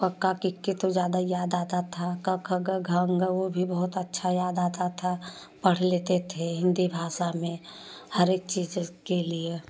तो कक्का किक्की तो ज़्यादा याद था क ख ग घ ङ्ग वो भी बहुत अच्छा याद आता था पढ़ लेते थे हिन्दी भाषा में हर एक चीज के लिए